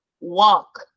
walk